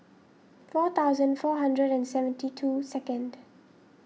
four thousand four hundred and seventy two second